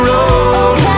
Road